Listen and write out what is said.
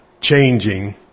changing